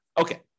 Okay